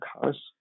cars